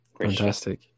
Fantastic